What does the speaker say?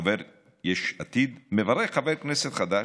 חבר יש עתיד, מברך חבר כנסת חדש,